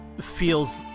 feels